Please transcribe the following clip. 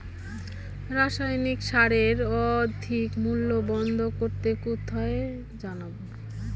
রাসায়নিক সারের অধিক মূল্য বন্ধ করতে কোথায় জানাবো?